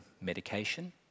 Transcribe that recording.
medication